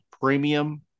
premium